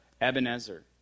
Ebenezer